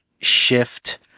shift